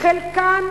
חלקן